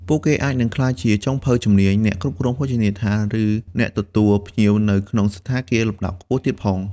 ពួកគេអាចនឹងក្លាយជាចុងភៅជំនាញ អ្នកគ្រប់គ្រងភោជនីយដ្ឋាន ឬអ្នកទទួលភ្ញៀវនៅក្នុងសណ្ឋាគារលំដាប់ខ្ពស់ទៀតផង។